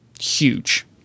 Huge